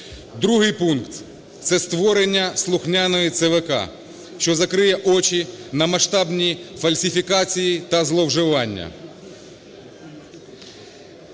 Другий пункт. Це створення слухняної ЦВК, що закриє очі на масштабні фальсифікації та зловживання.